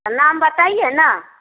तो नाम बताइए ना